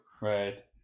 right